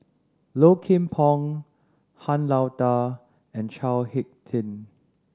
Low Kim Pong Han Lao Da and Chao Hick Tin